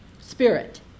spirit